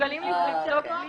-- אני